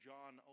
John